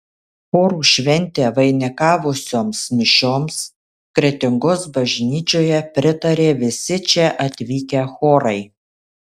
chorų šventę vainikavusioms mišioms kretingos bažnyčioje pritarė visi čia atvykę chorai